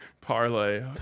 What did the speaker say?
parlay